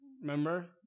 Remember